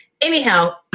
Anyhow